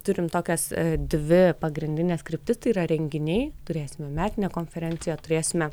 turim tokias dvi pagrindines kryptis tai yra renginiai turėsime metinę konferenciją turėsime